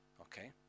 okay